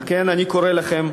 על כן אני קורא לכם,